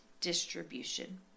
distribution